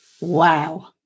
wow